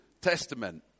Testament